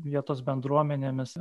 vietos bendruomenėmis